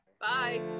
Bye